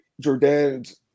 Jordan's